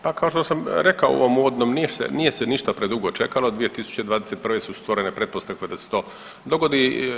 Pa kao što sam rekao u ovom uvodnom, nije se ništa predugo čekalo 2021. su stvorene pretpostavke da se to dogodi.